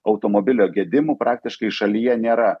automobilio gedimų praktiškai šalyje nėra